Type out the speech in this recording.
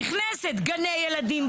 נכנסת גני ילדים,